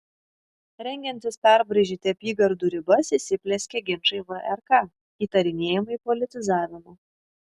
rengiantis perbraižyti apygardų ribas įsiplieskė ginčai vrk įtarinėjimai politizavimu